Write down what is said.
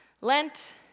Lent